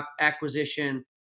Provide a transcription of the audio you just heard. acquisition